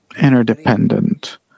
interdependent